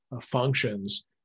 functions